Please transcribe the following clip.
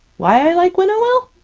why i like winnowill?